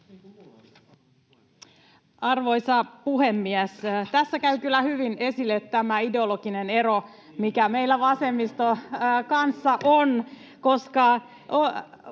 Arvoisa puhemies! Tässä käy kyllä hyvin esille tämä ideologinen ero, mikä meillä vasemmiston kanssa on. Onko